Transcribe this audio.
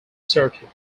circuit